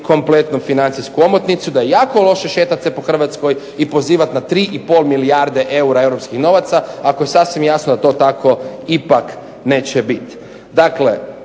kompletno financijsku omotnicu, da je jako loše šetat se po Hrvatskoj i pozivati na tri i pol milijarde eura europskih novaca ako je sasvim jasno da to tako ipak neće biti. Dakle,